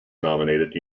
nominated